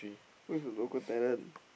who is thw local talent